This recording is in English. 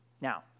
Now